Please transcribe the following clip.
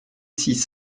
six